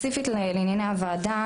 ספציפית לענייני הוועדה,